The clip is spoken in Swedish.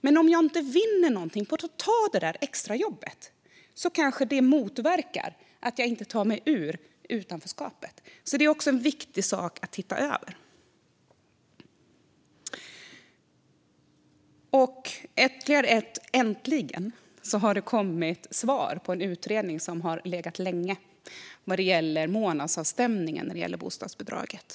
Men om man inte vinner något på att ta ett extrajobb fungerar det kanske motverkande och gör att man inte tar sig ur utanförskapet. Det här är därför viktigt att se över. Jag har ytterligare ett "Äntligen!". Det har äntligen kommit svar på en utredning som har pågått länge. Den gäller månadsavstämning av bostadsbidraget.